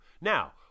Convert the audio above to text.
Now